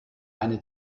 eine